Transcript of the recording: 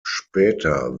später